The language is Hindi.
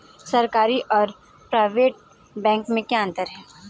सरकारी और प्राइवेट बैंक में क्या अंतर है?